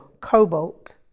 cobalt